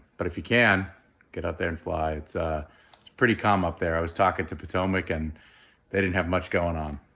but if you can get up there and fly, it's pretty calm up there. i was talking to potomac and they didn't have much going on.